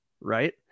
right